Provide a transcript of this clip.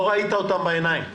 לא ראית אותם בעיניים.